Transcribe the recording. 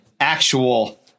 actual